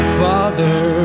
father